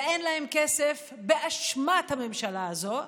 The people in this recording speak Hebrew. ואין להם כסף באשמת הממשלה הזאת.